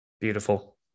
Beautiful